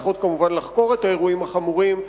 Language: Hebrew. שצריכות כמובן לחקור את האירועים החמורים,